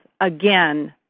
again